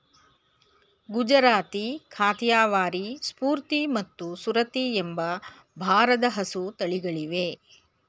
ಗುಜರಾತಿ, ಕಾಥಿಯವಾರಿ, ಸೂರ್ತಿ ಮತ್ತು ಸುರತಿ ಎಂಬ ಭಾರದ ಹಸು ತಳಿಗಳಿವೆ